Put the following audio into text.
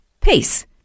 peace